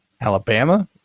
Alabama